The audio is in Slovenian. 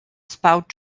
spal